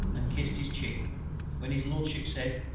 and kissed his cheek when his lordship said,